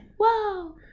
Whoa